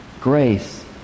Grace